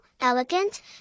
elegant